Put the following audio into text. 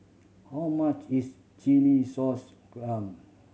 how much is chilli sauce clam